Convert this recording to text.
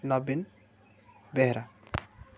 ନବୀନ ବେହେରା